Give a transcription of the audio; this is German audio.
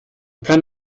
kann